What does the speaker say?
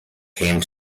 came